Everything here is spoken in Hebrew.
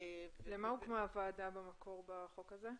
למה הוקמה הוועדה במקור בחוק הזה?